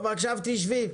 עכשיו תשבי.